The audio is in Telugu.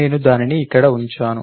నేను దానిని ఇక్కడ ఉంచాను